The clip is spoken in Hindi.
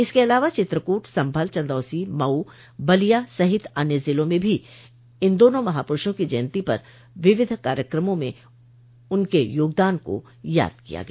इसके अलावा चित्रकूट सम्भल चन्दौसी मऊ बलिया सहित अन्य ज़िलों में भी इन दोनों महापुरूषों की जयन्ती पर विभिन्न कार्यक्रमों में इनके योगदान को याद किया गया